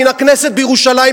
מן הכנסת בירושלים,